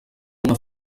una